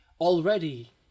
already